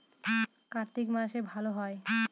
কার্তিক মাসে ভালো হয়?